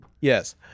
Yes